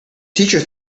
teacher